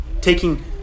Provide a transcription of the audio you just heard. taking